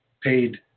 paid